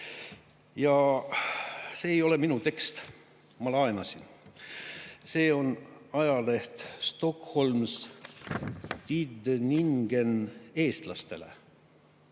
Ja see ei ole minu tekst. Ma laenasin! See on ajaleht Stockholms-Tidningen Eestlastele.